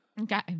Okay